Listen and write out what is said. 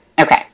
Okay